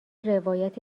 روایت